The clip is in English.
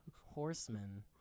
horsemen